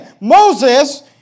Moses